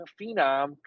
phenom